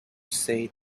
say